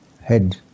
head